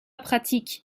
pratique